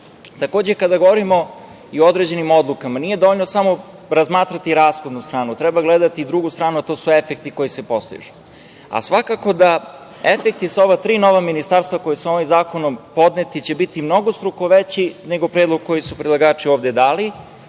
kada govorimo i o određenim odlukama, nije dovoljno samo razmatrati rashodnu stranu, treba gledati i drugu stranu, a to su efekti koji se postižu, a svakako da efekti sa ova tri nova ministarstva koja su ovim zakonom podneti će biti mnogostruko veći, nego predlog koji su predlagači ovde dali,